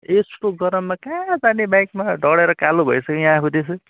यस्तो गरममा कहाँ जाने बाइकमा डढेर कालो भइसक्यो यहाँ आफू त्यसै